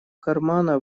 кармана